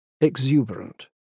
exuberant